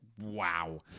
Wow